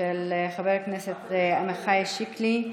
של חבר הכנסת עמיחי שיקלי,